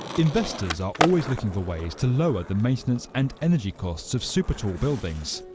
investors are always looking for ways to lower the maintenance and energy costs of supertall buildings,